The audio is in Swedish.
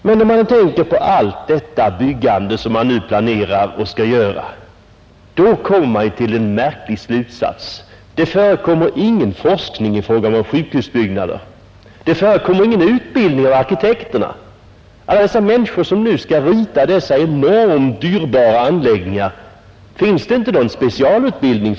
Men om man tänker på allt detta byggande som man nu planerar och skall genomföra, så kommer man till en märklig slutsats. Det förekommer ingen forskning i fråga om sjukhusbyggnader. Det förekommer heller ingen särskild utbildning av arkitekterna. För dessa människor som skall rita enormt dyrbara sjukhusanläggningar finns det ingen specialutbildning.